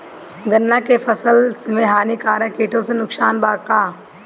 गन्ना के फसल मे हानिकारक किटो से नुकसान बा का?